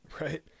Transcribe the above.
right